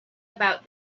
about